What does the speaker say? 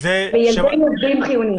-- לילדי עובדי חיוניים.